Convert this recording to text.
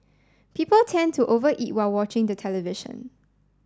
people tend to over eat while watching the television